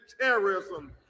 terrorism